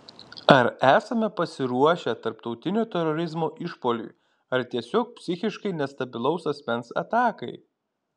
ar esame pasiruošę tarptautinio terorizmo išpuoliui ar tiesiog psichiškai nestabilaus asmens atakai